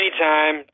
Anytime